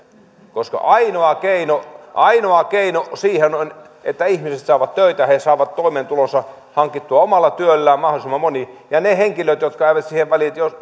ainoa keino ainoa keino siihen on että ihmiset saavat töitä he saavat toimeentulonsa hankittua omalla työllään mahdollisimman moni ja niiden henkilöiden jotka eivät siihen kykene